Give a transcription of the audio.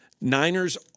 Niners